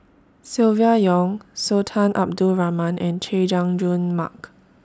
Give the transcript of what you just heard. Silvia Yong Sultan Abdul Rahman and Chay Jung Jun Mark